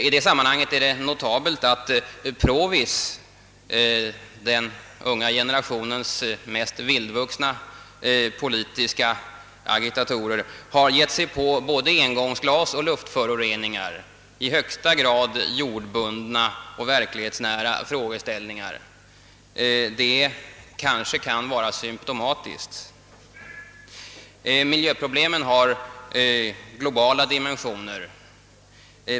I sammanhanget är det värt att notera att provies — den unga generationens mest vildvuxna politiska agitatorer — gett sig på både engångsglas och luftföroreningar, i högsta grad jordbundna och verklighetsnära frågeställningar. Det kanske kan vara symtomatiskt. Miljöproblemen har globala dimensioner.